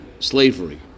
Slavery